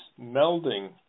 melding